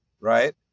right